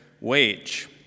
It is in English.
wage